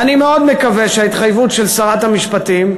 ואני מאוד מקווה שההתחייבות של שרת המשפטים,